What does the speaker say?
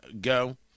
go